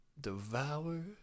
devour